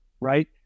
right